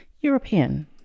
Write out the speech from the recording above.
European